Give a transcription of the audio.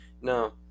no